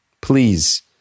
Please